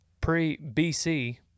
pre-BC